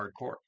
hardcore